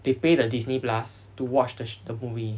they pay the disney plus to watch the sh~ movie